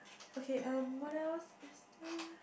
okay um what else Ester